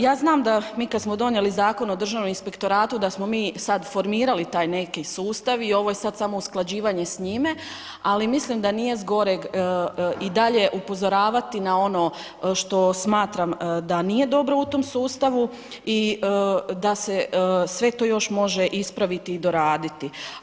Ja znam da mi kad smo donijeli Zakon o Državnom inspektoratu da smo mi sad formirali taj neki sustav i ovo je sad samo usklađivanje s njime, ali mislim da nije zgorega i dalje upozoravati na ono što smatram da nije dobro u tom sustavu i da se sve to još može ispraviti i doraditi.